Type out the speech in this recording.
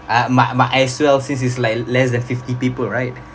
I might might as well since it's like less than fifty people right